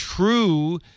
true